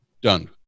done